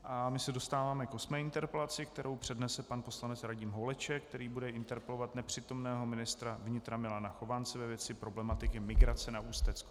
A my se dostáváme k osmé interpelaci, kterou přednese pan poslanec Radim Holeček, který bude interpelovat nepřítomného ministra vnitra Milana Chovance ve věci problematiky migrace na Ústecku.